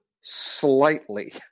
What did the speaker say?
slightly